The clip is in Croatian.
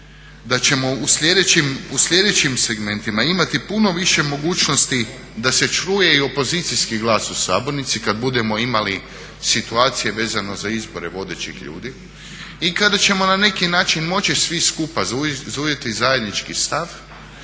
da ćemo u sljedećim segmentima imati puno više mogućnosti da se čuje i opozicijski glas u sabornici kad budemo imali situacije vezano za izbore vodećih ljudi i kada ćemo na neki način moći svi skupa zauzeti zajednički stav,